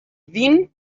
wyn